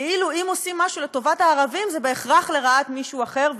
כאילו אם עושים משהו לטובת הערבים זה בהכרח לרעת מישהו אחר,